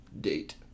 Date